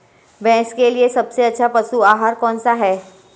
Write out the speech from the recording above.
भैंस के लिए सबसे अच्छा पशु आहार कौनसा है?